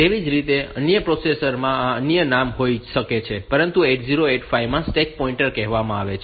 તેવી જ રીતે અન્ય પ્રોસેસર માં અન્ય નામ હોઈ શકે છે પરંતુ તેને 8085 માં સ્ટેક પોઇન્ટર કહેવામાં આવે છે